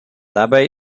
dabei